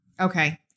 Okay